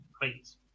Please